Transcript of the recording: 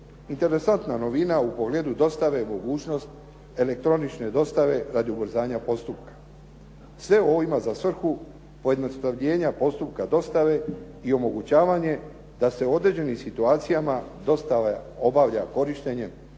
Interesantna novina u pogledu dostave mogućnost elektronične dostave radi ubrzanja postupka. Sve ovo ima za svrhu pojednostavljenja postupka dostave i omogućavanje da se u određenim situacijama dostava obavlja korištenjem